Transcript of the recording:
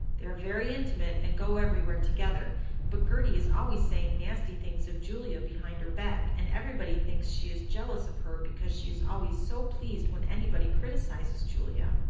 they are very intimate and go everywhere together but gertie is always saying nasty things of julia behind her back and everybody thinks she is jealous of her because she is always so pleased when anybody criticizes julia.